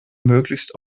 möglichst